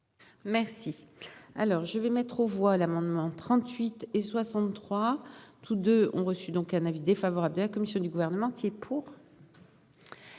Merci. Alors je vais mettre aux voix l'amendement 38 et 63. Tous 2 ont reçu donc un avis défavorable de la commission du gouvernement qui est pour.